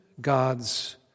God's